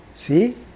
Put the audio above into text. See